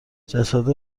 جسد